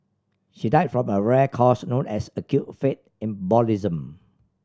she died from a rare cause known as acute fat embolism